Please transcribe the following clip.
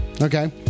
Okay